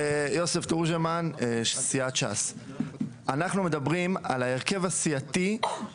עזוב, אנחנו משנים את זה עכשיו.